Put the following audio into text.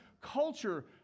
culture